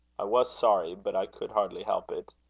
i was sorry, but i could hardly help it.